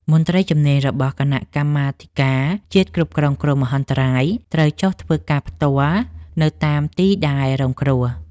មន្ត្រីជំនាញរបស់គណៈកម្មាធិការជាតិគ្រប់គ្រងគ្រោះមហន្តរាយត្រូវចុះធ្វើការផ្ទាល់នៅតាមទីដែលរងគ្រោះ។